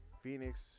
phoenix